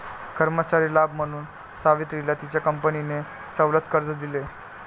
कर्मचारी लाभ म्हणून सावित्रीला तिच्या कंपनीने सवलत कर्ज दिले